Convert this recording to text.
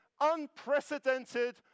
unprecedented